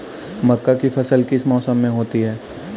मक्का की फसल किस मौसम में होती है?